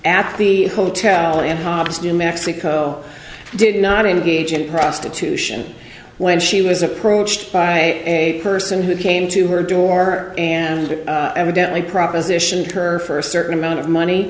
at the hotel and hobbs new mexico did not engage in prostitution when she was approached by a person who came to her door and evidently propositioned her for a certain amount of money